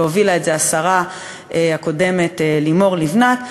והובילה את זה השרה הקודמת לימור לבנת,